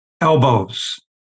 elbows